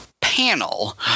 panel